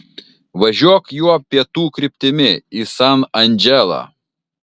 važiuok juo pietų kryptimi į san andželą